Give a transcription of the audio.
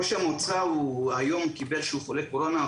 ראש המועצה היום קיבל את הבשורה שהוא חולה קורונה.